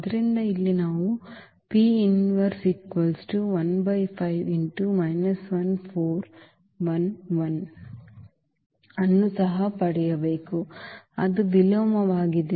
ಆದ್ದರಿಂದ ಇಲ್ಲಿ ನಾವು ಈ ಅನ್ನು ಸಹ ಪಡೆಯಬೇಕು ಅದು ವಿಲೋಮವಾಗಿದೆ